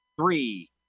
Three